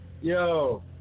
Yo